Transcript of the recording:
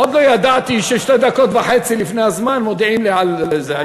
עוד לא ידעתי ששתי דקות וחצי לפני הזמן מודיעים לי על זה.